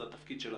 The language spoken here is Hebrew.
זה התפקיד שלכם,